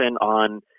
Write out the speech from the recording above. on